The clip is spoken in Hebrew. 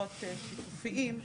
פחות שיתופיים,